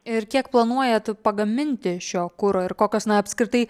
ir kiek planuojat pagaminti šio kuro ir kokios na apskritai